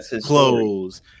clothes